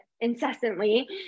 incessantly